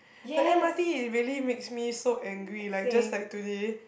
the M_R_T it really makes me so angry like just like today